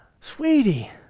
sweetie